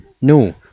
no